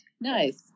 Nice